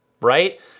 right